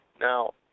Now